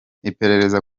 iperereza